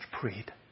prayed